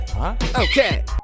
Okay